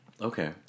Okay